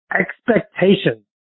expectations